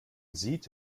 sieht